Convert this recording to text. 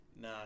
Nah